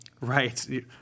Right